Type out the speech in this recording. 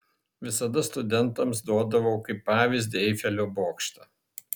visada studentams duodavau kaip pavyzdį eifelio bokštą